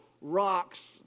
rocks